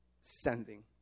sending